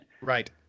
Right